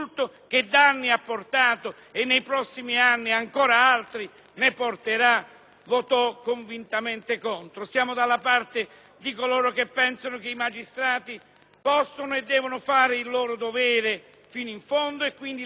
nei prossimi anni. Siamo dalla parte di coloro che pensano che i magistrati possono e devono fare il loro dovere fino in fondo con le indagini e le sentenze; coloro che non la pensano come lei,